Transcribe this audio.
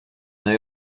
they